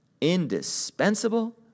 indispensable